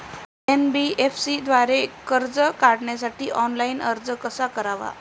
NBFC द्वारे कर्ज काढण्यासाठी ऑनलाइन अर्ज कसा करावा?